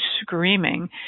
screaming